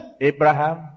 Abraham